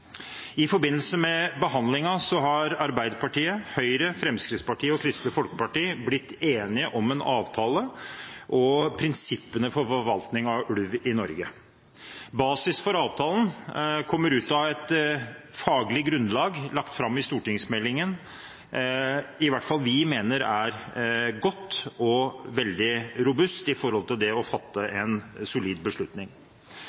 I forbindelse med behandlingen har Arbeiderpartiet, Høyre, Fremskrittspartiet og Kristelig Folkeparti blitt enige om en avtale og om prinsippene for forvaltning av ulv i Norge. Basis for avtalen er et faglig grunnlag lagt fram i stortingsmeldingen som i hvert fall vi mener er godt og veldig robust med tanke på det å fatte